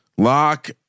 Lock